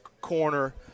corner